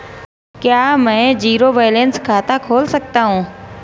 क्या मैं zero balance खाता खोल सकता हूँ?